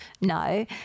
no